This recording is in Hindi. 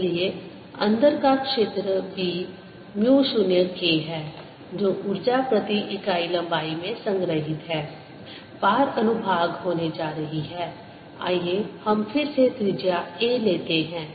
इसलिए अंदर का क्षेत्र B म्यू 0 K है जो ऊर्जा प्रति इकाई लंबाई में संग्रहीत है पार अनुभाग होने जा रही है आइए हम फिर से त्रिज्या a लेते हैं